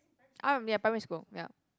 um ya primary school ya